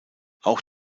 auch